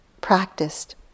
practiced